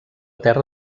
terra